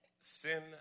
Sin